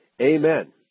Amen